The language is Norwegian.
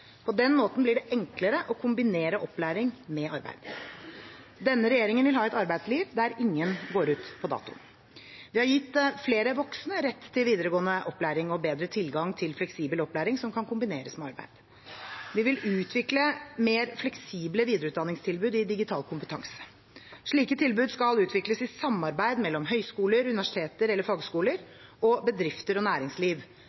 På den måten blir det enklere å kombinere opplæring med arbeid. Denne regjeringen vil ha et arbeidsliv der ingen går ut på dato. Vi har gitt flere voksne rett til videregående opplæring og bedre tilgang til fleksibel opplæring som kan kombineres med arbeid. Vi vil utvikle mer fleksible videreutdanningstilbud i digital kompetanse. Slike tilbud skal utvikles i samarbeid mellom høyskoler, universiteter eller